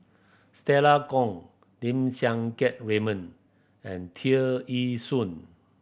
Stella Kon Lim Siang Keat Raymond and Tear Ee Soon